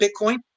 Bitcoin